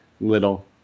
little